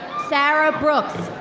sarah brooks.